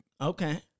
Okay